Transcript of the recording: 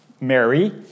Mary